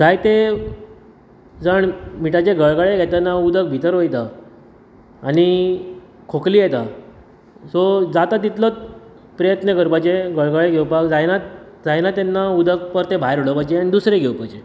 जायते जाण मिठाचे गळगळे घेतना उदक भितर वयता आनी खोकली येता सो जाता तितलोच प्रयत्न करपाचे गळगळे घेवपाक जायना जायना तेन्ना उदक परतें भायर उडोवपाचें आनी दुसरें घेवपाचें